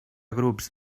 grups